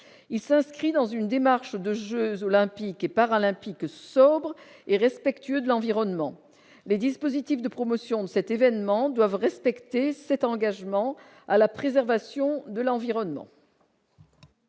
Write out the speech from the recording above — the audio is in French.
il s'inscrit dans une démarche de jeux olympiques et paralympiques sobre et respectueux de l'environnement, les dispositifs de promotion de cet événement doivent respecter cet engagement à la préservation de l'environnement.